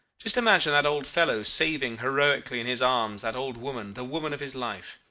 just imagine that old fellow saving heroically in his arms that old woman the woman of his life.